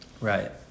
right